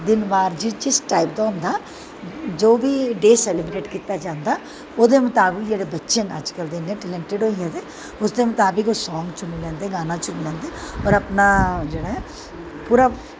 दिन बार जिस जिस टाईप दा होंदा जो बी डे सैलिब्रेट कीता जंदा ओह्दे मुताबक जेह्ड़े बच्चें न अजकल्ल दे इ'न्ने टेलैंटिड होई गेदे उसदे मुताबक ओह् सांग चुनी लैंदे गानां चुनी लैंदे होर अपना जेह्ड़ा ऐ पूरा